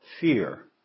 fear